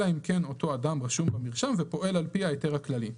אלא אם כן אותו אדם רשום במרשם ופועל על פי ההיתר הכללי.